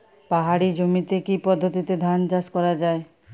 পাহাড়ী জমিতে কি পদ্ধতিতে ধান চাষ করা যায়?